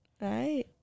Right